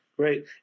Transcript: Great